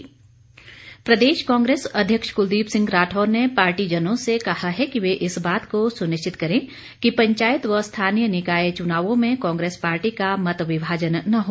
राठौर प्रदेश कांग्रेस अध्यक्ष कुलदीप सिंह राठौर ने पार्टीजनों कहा है कि ये इस बात को सुनिश्चित करें की पंचायत व स्थानीय निकाय चुनावों में कांग्रेस पार्टी का मत विभाजन न हो